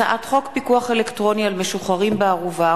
הצעת חוק פיקוח אלקטרוני על משוחררים בערובה